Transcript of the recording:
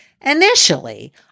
Initially